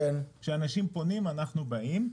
כשאנשים פונים אנחנו באים לקראתם.